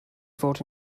fod